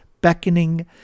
beckoning